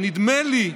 ונדמה לי,